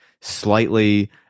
slightly